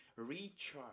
Recharge